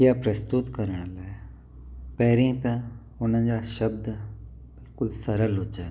या प्रस्तुत करण लाइ पहिरीं त उन्हनि जा शब्द बिल्कुलु सरल हुजनि